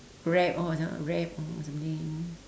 rap or some~ rap or something